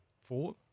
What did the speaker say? Four